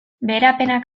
beherapenak